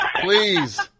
please